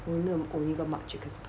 我没有 own 一个 marc jacobs 的